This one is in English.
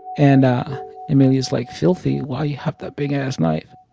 and emilio's, like, filthy, why you have that big-ass knife?